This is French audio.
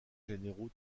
généraux